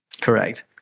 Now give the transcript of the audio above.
correct